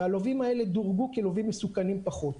והלווים האלה דורגו כלווים מסוכנים פחות.